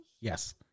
Yes